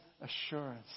assurance